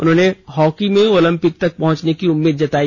उन्होंने हॉकी में ओलंपिक तक पहुंचने की उम्मीद जताई